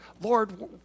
Lord